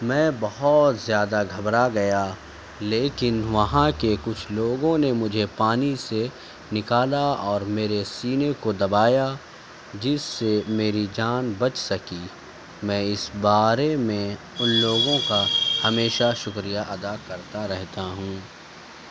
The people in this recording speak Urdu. میں بہت زیادہ گھبراگیا لیکن وہاں کے کچھ لوگوں نے مجھے پانی سے نکالا اور میرے سینے کو دبایا جس سے میری جان بچ سکی میں اس بارے میں ان لوگوں کا ہمیشہ شکریہ ادا کرتا رہتا ہوں